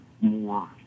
more